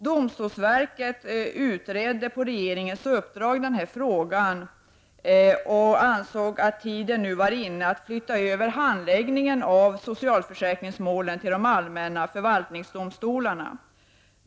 Domstolsverket utredde denna fråga på regeringens uppdrag, och domstolsverket ansåg att tiden nu var inne för att handläggningen av socialförsäkringsmålen skulle flyttas över till de allmänna förvaltningsdomstolarna.